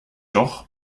doch